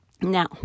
Now